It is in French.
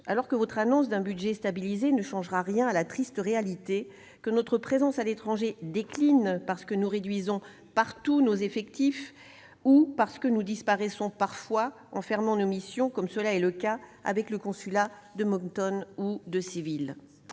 Alors, votre annonce d'un budget stabilisé ne changera rien à la triste réalité, tandis que notre présence à l'étranger décline parce que nous réduisons partout nos effectifs ou parce que nous disparaissons parfois en fermant nos missions, comme c'est le cas avec les consulats de Moncton ou de Séville.